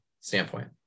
standpoint